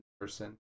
person